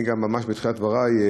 ממש בתחילת בדברי,